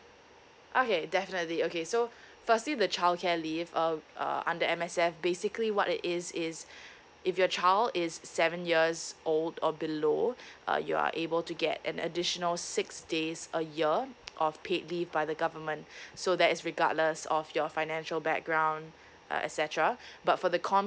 okay definitely okay so firstly the childcare leave um uh under M_S_F basically what it is is if your child is seven years old or below uh you are able to get an additional six days a year of paid leave by the government so that is regardless of your financial background uh etcetera but for the com